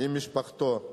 עם משפחתו לסיוע,